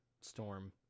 storm